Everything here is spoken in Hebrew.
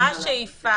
מה השאיפה